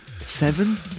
Seven